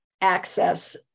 access